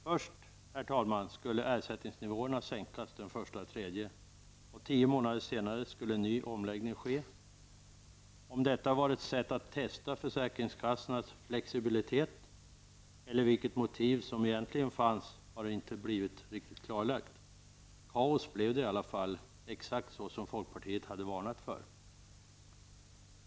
Först skulle ersättningsnivåerna sänkas den 1 mars, och tio månader senare skulle en ny omläggning ske. Om detta var ett sätt att testa försäkringskassornas flexibilitet eller vilket motiv som egentligen fanns har inte blivit riktigt klarlagt. Kaos blev det i alla fall, exakt så som folkpartiet hade varnat för.